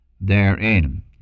therein